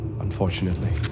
unfortunately